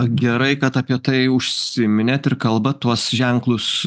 gerai kad apie tai užsiminėt ir kalbat tuos ženklus